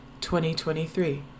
2023